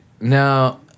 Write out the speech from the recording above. now